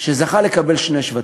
שזכה לקבל שני שבטים?